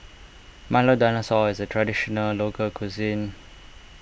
Milo Dinosaur is a Traditional Local Cuisine